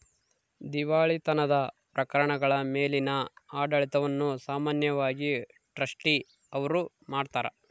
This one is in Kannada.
ದಿವಾಳಿತನದ ಪ್ರಕರಣಗಳ ಮೇಲಿನ ಆಡಳಿತವನ್ನು ಸಾಮಾನ್ಯವಾಗಿ ಟ್ರಸ್ಟಿ ಅವ್ರು ಮಾಡ್ತಾರ